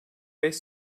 beş